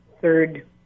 third